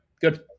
good